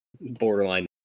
borderline